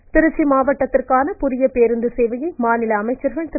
நடராஜன் திருச்சி மாவட்டத்திற்கான புதிய பேருந்து சேவையை மாநில அமைச்சர்கள் திரு